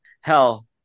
hell